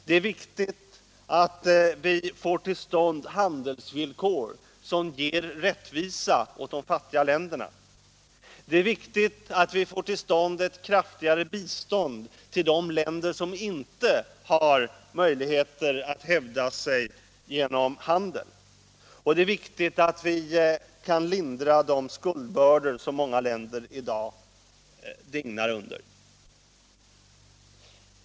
Det är viktigt att vi får till stånd handelsvillkor, som ger rättvisa åt de fattiga länderna, det är viktigt att vi åstadkommer ett kraftigare bistånd till de länder som inte har möjligheter att hävda sig genom handel och det är viktigt att vi kan lindra de skuldbördor som många länder i dag dignar under.